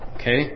Okay